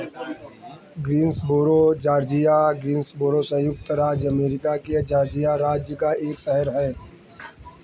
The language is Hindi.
ग्रिंसबोरो जॉर्जिया ग्रिंसबोरो संयुक्त राज्य अमेरिका के जॉर्जिया राज्य का एक शहर है